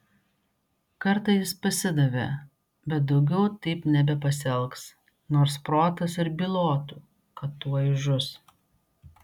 kartą jis pasidavė bet daugiau taip nebepasielgs nors protas ir bylotų kad tuoj žus